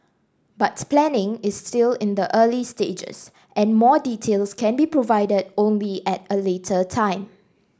but planning is still in the early stages and more details can be provided only at a later time